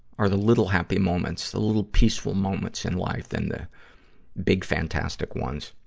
are the little happy moments. the little peaceful moments in life than the big, fantastic ones.